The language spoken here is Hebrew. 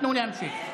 תנו להמשיך.